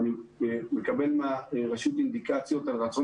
אני מקבל מן הרשות אינדיקציות על הרצון